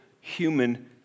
human